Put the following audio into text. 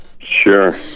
Sure